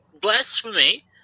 blasphemy